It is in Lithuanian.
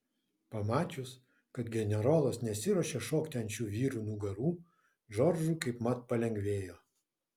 pamačius kad generolas nesiruošia šokti ant šių vyrų nugarų džordžui kaipmat palengvėjo